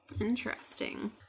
Interesting